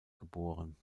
geboren